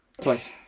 Twice